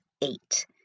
eight